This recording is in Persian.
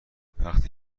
وقتی